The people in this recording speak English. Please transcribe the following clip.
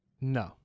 No